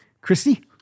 Christy